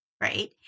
right